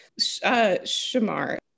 Shamar